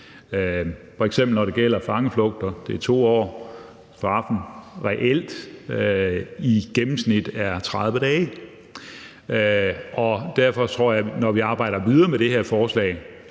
det, når det gælder fangeflugter, 2 år, og straffen er reelt i gennemsnit 30 dage, og derfor tror jeg, at det, når vi arbejder videre med det her forslag,